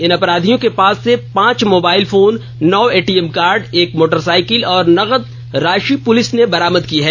इन अपराधियों के पास से पांच मोबाइल फोन नौ एर्डीएम कार्ड एक मोटरसाइकिल और नगद राशि पुलिस ने बरामद की है